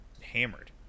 hammered